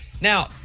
Now